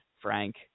Frank